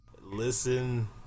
Listen